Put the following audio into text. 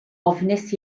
ofnus